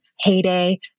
heyday